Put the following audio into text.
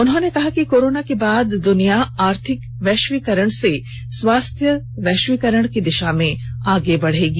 उन्होंने कहा कि कोरोना के बाद दुनिया आर्थिक वैश्वीकरण से स्वास्थ्य वैश्वीकरण की दिशा में आगे बढ़ेगी